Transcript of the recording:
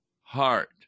heart